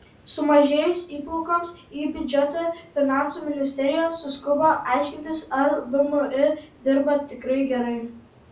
sumažėjus įplaukoms į biudžetą finansų ministerija suskubo aiškintis ar vmi dirba tikrai gerai